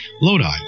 Lodi